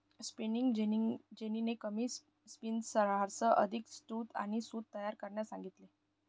spinning जेनीने कमी स्पिनर्ससह अधिक सूत आणि सूत तयार करण्यास सांगितले